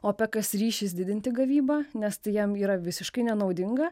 opekas ryšis didinti gavybą nes tai jam yra visiškai nenaudinga